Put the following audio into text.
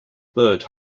bird